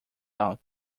out